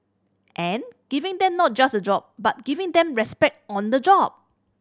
and giving them not just a job but giving them respect on the job